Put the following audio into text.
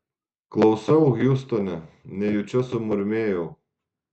klausau hiūstone nejučia sumurmėjau